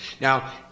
Now